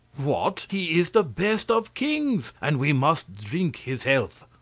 what! he is the best of kings, and we must drink his health.